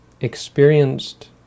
experienced